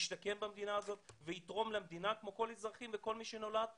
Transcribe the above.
ישתקע במדינה ויתרום למדינה כמו כל האזרחים וכל מי שנולד כאן,